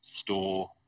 store